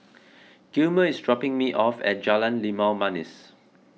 Gilmer is dropping me off at Jalan Limau Manis